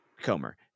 Comer